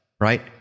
Right